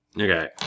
Okay